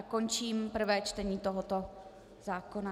Končím prvé čtení tohoto zákona.